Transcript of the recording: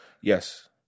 yes